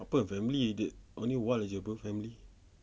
apa family only wal jer family